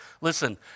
Listen